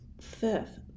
fifth